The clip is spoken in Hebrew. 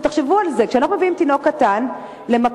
תחשבו על זה שאנחנו מביאים תינוק קטן למקום,